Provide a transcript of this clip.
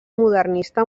modernista